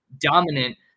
Dominant